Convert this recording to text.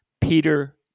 Peter